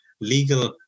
legal